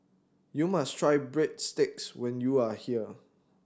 you must try Breadsticks when you are here